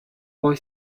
poi